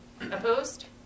Opposed